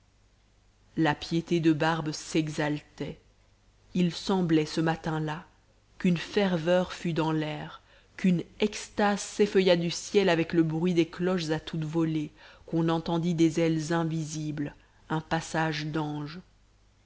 la piété de barbe s'exaltait il semblait ce matin-là qu'une ferveur fût dans l'air qu'une extase s'effeuillât du ciel avec le bruit des cloches à toutes volées qu'on entendît des ailes invisibles un passage d'anges